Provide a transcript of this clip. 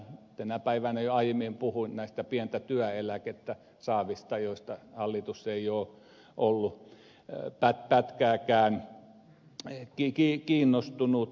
tänä päivänä jo aiemmin puhuin näistä pientä työeläkettä saavista joista hallitus ei ole ollut pätkääkään kiinnostunut